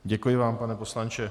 Děkuji vám, pane poslanče.